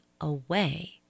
away